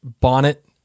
Bonnet